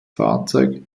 fahrzeug